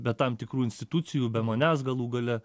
be tam tikrų institucijų be manęs galų gale